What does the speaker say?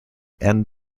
end